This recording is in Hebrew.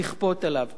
תראו איזה משפט יפה.